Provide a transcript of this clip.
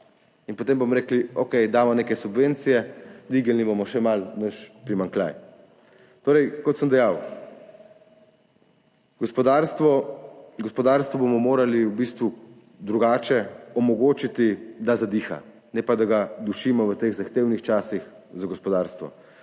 In potem bomo rekli, okej, damo neke subvencije, dvignili bomo še malo naš primanjkljaj. Kot sem dejal, gospodarstvu bomo morali v bistvu drugače omogočiti, da zadiha, ne pa da ga dušimo v teh zahtevnih časih za gospodarstvo.